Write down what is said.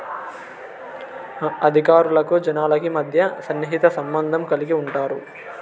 అధికారులకు జనాలకి మధ్య సన్నిహిత సంబంధం కలిగి ఉంటారు